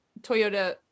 Toyota